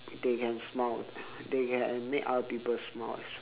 they can smile they can make other smile as well